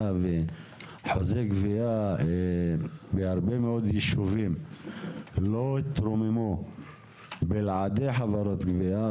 ואחוזי הגבייה בהרבה מאוד יישובים לא התרוממו ללא חברות הגבייה,